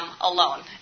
alone